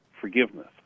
forgiveness